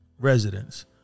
residents